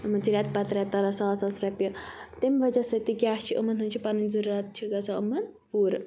یِمَن چھِ ریٚتہٕ پَتہٕ ریٚتہٕ تَران ساس ساس رۄپیہِ تمہِ وَجہ سۭتۍ تہِ کیاہ چھِیِمَن ہنٛز چھِ پَنٕنۍ ضروریات چھِ گژھان یِمَن پوٗرٕ